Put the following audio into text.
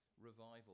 revival